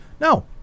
No